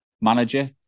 manager